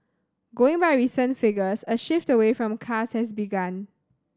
going by recent figures a shift away from cars has begun